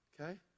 Okay